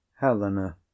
Helena